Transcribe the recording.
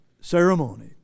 ceremony